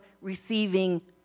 receiving